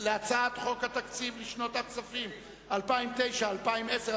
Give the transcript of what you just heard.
אני קובע שסעיפים 8-1 להצעת חוק התקציב לשנות הכספים 2009 ו-2010,